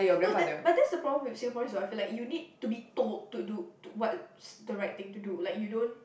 no the but that's the problem with Singaporeans I feel like you need to be told to do what is the right thing to do like you don't